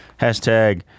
hashtag